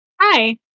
hi